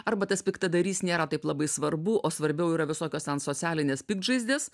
arba tas piktadarys nėra taip labai svarbu o svarbiau yra visokios ten socialinės piktžaizdės